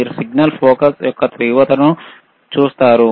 మీరు signal focus యొక్క తీవ్రతను చూస్తారు